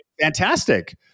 Fantastic